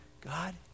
God